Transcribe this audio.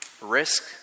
Risk